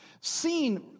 seen